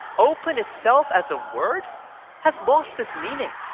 open itself as a word has lost its meaning.